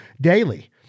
daily